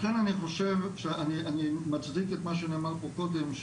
לכן אני חושב ואני מצדיק את מה שנאמר פה קודם,